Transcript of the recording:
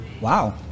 Wow